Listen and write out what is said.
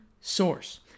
source